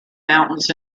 mountains